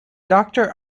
doctor